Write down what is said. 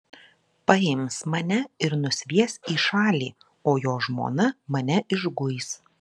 paims mane ir nusvies į šalį o jo žmona mane išguis